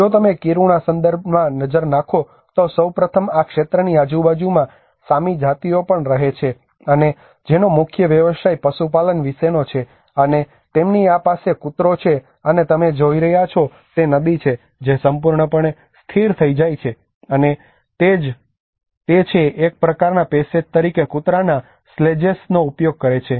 જો તમે કિરુણા સંદર્ભમાં નજર નાખો તો સૌ પ્રથમ આ ક્ષેત્રની આજુબાજુમાં સામી જાતિઓ પણ રહે છે અને જેનો મુખ્ય વ્યવસાય રેઇન્ડીયર પશુપાલન વિશેનો છે અને તેમની પાસે આ કૂતરો છે અને તમે જે જોઇ રહ્યા છો તે નદી છે જે સંપૂર્ણપણે સ્થિર થઈ જાય છે અને તે છે એક પ્રકારના પેસેજ તરીકે કૂતરાના સ્લેજેસનો ઉપયોગ કરે છે